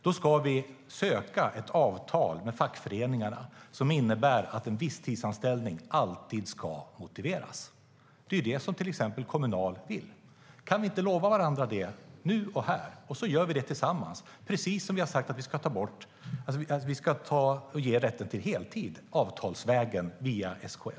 Då ska vi söka ett avtal med fackföreningarna som innebär att en visstidsanställning alltid ska motiveras. Det är det som till exempel Kommunal vill. Kan vi inte lova varandra det här och nu och göra det tillsammans, precis som vi har sagt att vi ska ge rätten till heltid avtalsvägen via SKL?